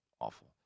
awful